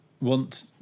want